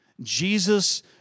Jesus